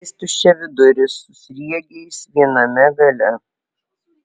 jis tuščiaviduris su sriegiais viename gale